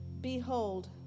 Behold